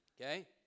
Okay